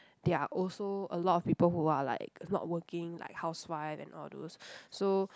they are also a lot of people who are like not working like housewives and all those so